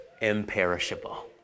imperishable